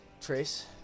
Trace